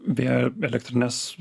vėjo elektrines